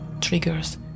triggers